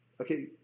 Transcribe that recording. Okay